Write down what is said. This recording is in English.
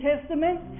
Testament